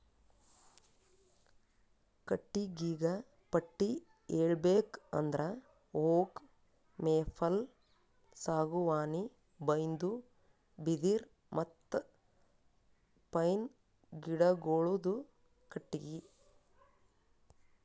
ಕಟ್ಟಿಗಿಗ ಪಟ್ಟಿ ಹೇಳ್ಬೇಕ್ ಅಂದ್ರ ಓಕ್, ಮೇಪಲ್, ಸಾಗುವಾನಿ, ಬೈನ್ದು, ಬಿದಿರ್ ಮತ್ತ್ ಪೈನ್ ಗಿಡಗೋಳುದು ಕಟ್ಟಿಗಿ